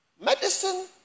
Medicine